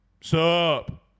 Sup